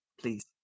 Please